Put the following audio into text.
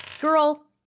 girl